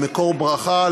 למקור ברכה,